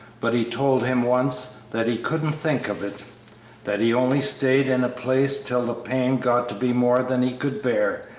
but he told him once that he couldn't think of it that he only stayed in a place till the pain got to be more than he could bear,